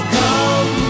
come